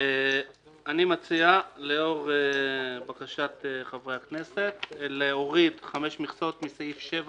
אני מציע לאור בקשת חברי הכנסת להוריד חמש מכסות מסעיף 7,